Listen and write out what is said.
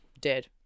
dead